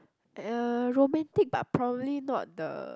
uh romantic but probably not the